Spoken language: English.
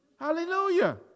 Hallelujah